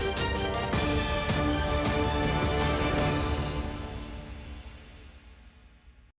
Дякую.